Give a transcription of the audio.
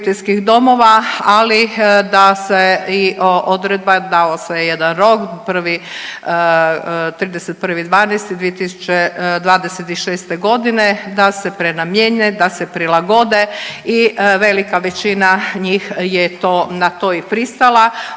ali da se i odredba, dao se jedan rok, 31.12.2026. g. da se prenamijene, da se prilagode i velika većina njih je to na to i pristala,